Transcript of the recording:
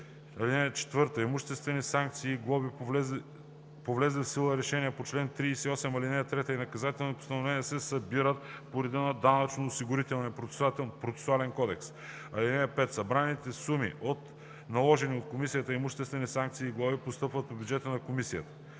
(4) Имуществените санкции и глобите по влезли в сила решения по чл. 38, ал. 3 и наказателни постановления се събират по реда на Данъчно-осигурителния процесуален кодекс. (5) Събраните суми от наложени от комисията имуществени санкции и глоби постъпват по бюджета на комисията.